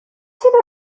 sido